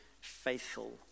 faithful